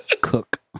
Cook